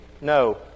No